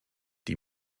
die